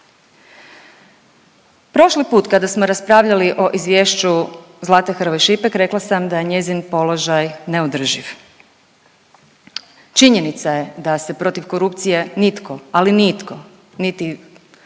Prošli put kada smo raspravljali o Izvješću Zlate Hrvoj-Šipek rekla sam da je njezin položaj neodrživ. Činjenica je da se protiv korupcije nitko, ali nitko, niti Zlata